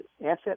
Asset